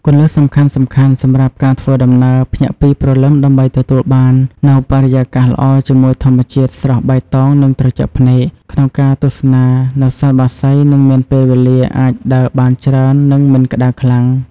គន្លឹះសំខាន់ៗសម្រាប់ការធ្វើដំណើរភ្ញាក់ពីព្រលឹមដើម្បីទទួលបាននៅបរិយាកាសល្អជាមួយធម្មជាតិស្រស់បៃតងនិងត្រជាក់ភ្នែកក្នុងការទស្សនានៅសត្វបក្សីនិងមានពេលវេលាអាចដើរបានច្រើននិងមិនក្តៅខ្លាំង។